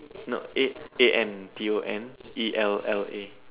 no a A N T O N E L L A